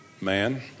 man